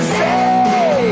say